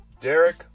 Derek